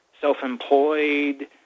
self-employed